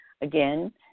Again